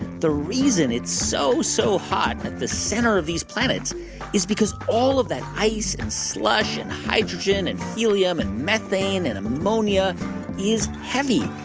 the reason it's so, so hot at the center of these planets is because all of that ice and slush and hydrogen and helium and methane and ammonia is heavy.